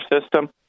system